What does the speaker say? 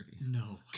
No